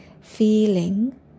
feeling